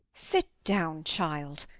sit down, child.